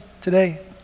today